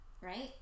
right